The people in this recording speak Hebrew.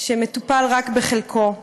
שמטופל רק בחלקו,